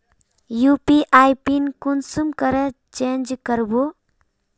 UPI PIN कुंसम करे change करबो?